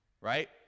right